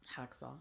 Hacksaw